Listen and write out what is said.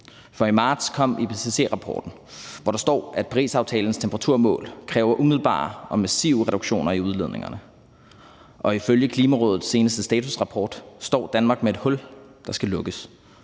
i marts kom IPCC-rapporten, hvor der står, at Parisaftalens temperaturmål kræver umiddelbare og massive reduktioner i udledningerne. Og ifølge Klimarådets seneste statusrapport står Danmark med et hul, der skal lukkes.